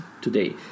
today